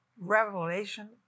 revelation